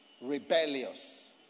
rebellious